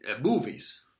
movies